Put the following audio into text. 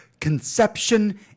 conception